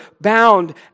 bound